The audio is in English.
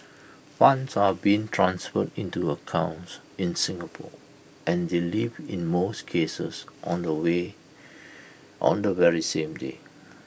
funds are being transferred into accounts in Singapore and they leave in most cases on the way on the very same day